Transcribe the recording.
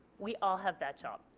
we all have that job.